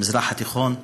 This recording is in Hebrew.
המזרח התיכון,